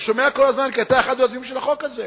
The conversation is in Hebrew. אני שומע כל הזמן כי אתה אחד היוזמים של החוק הזה,